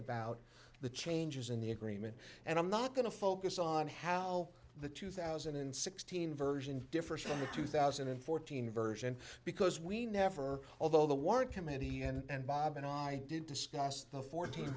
about the changes in the agreement and i'm not going to focus on how the two thousand and sixteen version differs from the two thousand and fourteen version because we never although the warrant committee and bob and i did discuss the fourteen